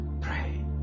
pray